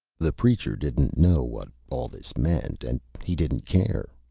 the preacher didn't know what all this meant, and he didn't care,